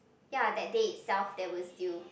ya that day itself there was still